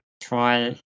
try